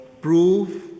prove